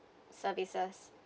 services